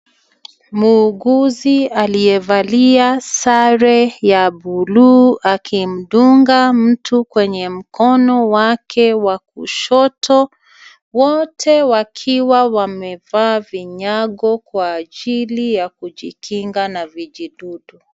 Muuguzi aliyevalia sare ya buluu akimdunga mtu kwenye mkono wake wa kushoto. Wote wakiwa wamevaa vinyago kwa ajili ya kujikinga na vijidudu.